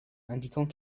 indiquant